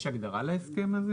יש הגדרה להסכם הזה?